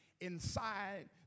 inside